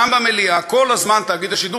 גם במליאה, כל הזמן: תאגיד השידור,